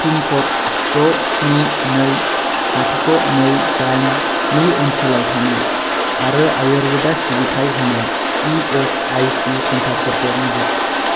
पिनक'ड द' स्नि नै लाथिख' नै दाइन नि ओनसोलाव थानाय आरो आयुर्वेदा सिबिथाय होनाय इ एस आइ सि सेन्टारफोरखौ नागिर